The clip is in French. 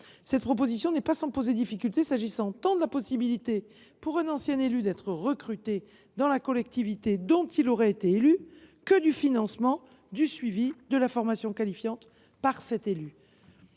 Cette proposition n’est pas sans poser des difficultés, qu’il s’agisse de la possibilité pour un ancien élu d’être recruté dans la collectivité dont il aurait été l’élu ou du financement du suivi de la formation qualifiante par cet élu.